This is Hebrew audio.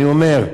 אני אומר,